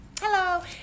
Hello